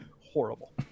horrible